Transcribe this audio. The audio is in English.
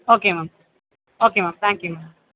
okay ma'am okay ma'am thank you ma'am